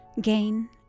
gain